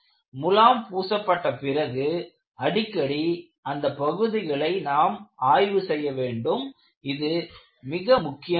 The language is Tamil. முலாம் பூசப்பட்ட பிறகு அடிக்கடி அந்தப் பகுதிகளை நாம் ஆய்வு செய்ய வேண்டும் இது மிக முக்கியமானது